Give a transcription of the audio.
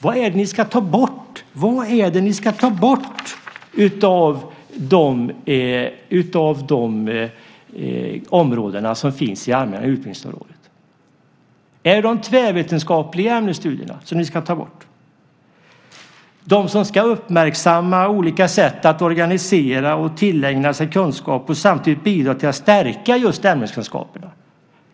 Men vad är det som ni ska ta bort inom det allmänna utbildningsområdet? Är det de tvärvetenskapliga ämnesstudierna som ni ska ta bort, de som handlar om att uppmärksamma olika sätt att organisera och tillägna sig kunskaper och samtidigt bidra till att stärka just ämneskunskaperna?